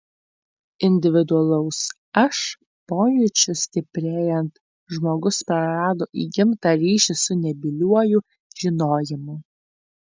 individualaus aš pojūčiui stiprėjant žmogus prarado įgimtą ryšį su nebyliuoju žinojimu